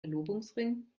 verlobungsring